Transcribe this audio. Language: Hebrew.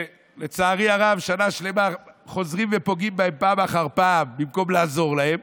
שלצערי הרב שנה שלמה חוזרים ופוגעים בהם פעם אחר פעם במקום לעזור להם,